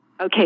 Okay